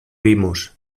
vimos